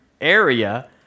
area